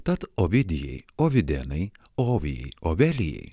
tad ovidijai ovidenai ovijai ovelijai